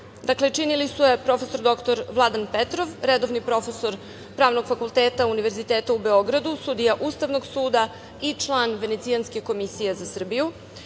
Dakle, činili su je: prof. dr Vladan Petrov, redovni profesor Pravnog fakulteta Univerziteta u Beogradu, sudija Ustavnog suda i član Venecijanske komisije za Srbiju,